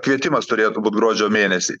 kvietimas turėtų būt gruodžio mėnesį